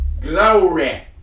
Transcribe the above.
Glory